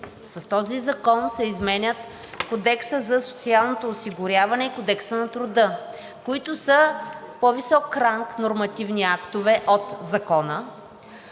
с този закон се изменят Кодексът за социално осигуряване и Кодексът на труда, които са по-висок ранг нормативни актове от Закона.